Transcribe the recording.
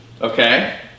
Okay